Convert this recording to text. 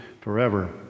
forever